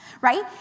right